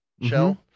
shell